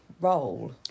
role